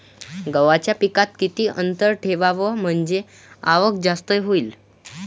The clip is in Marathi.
गव्हाच्या पिकात किती अंतर ठेवाव म्हनजे आवक जास्त होईन?